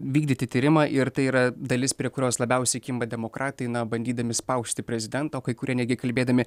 vykdyti tyrimą ir tai yra dalis prie kurios labiausiai kimba demokratai na bandydami spausti prezidento kai kurie netgi kalbėdami